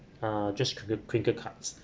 uh just crin~ crinkle cuts